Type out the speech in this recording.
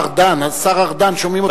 השר ארדן, השר ארדן, שומעים אותך.